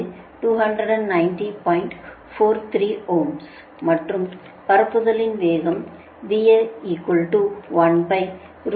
43 ohm மற்றும் பரப்புதலின் வேகம்